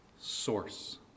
source